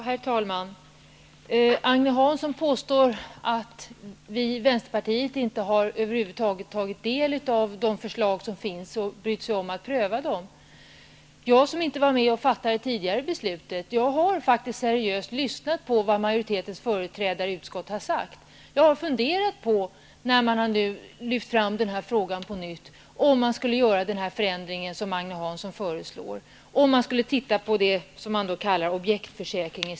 Herr talman! Agne Hansson påstår att vi i vänsterpartiet över huvud taget inte har tagit del av det förslag som finns och brytt oss om att pröva det. Jag som inte var med och fattade det tidigare beslutet har faktiskt seriöst lyssnat på vad majoritetens företrädare i utskottet har sagt. När man nu har lyft fram den här frågan på nytt, har jag funderat på om man skall göra den förändring som Agne Hansson föreslår och i stället titta på det som man kallar objektsförsäkring.